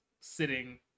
sitting